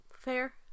Fair